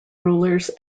rulers